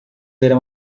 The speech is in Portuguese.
verá